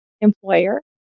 employer